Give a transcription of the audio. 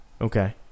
Okay